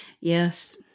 Yes